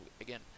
again